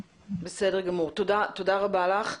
תודה רבה לך.